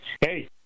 hey